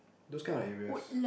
those kind of areas